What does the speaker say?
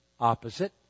opposite